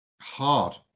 hard